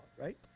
right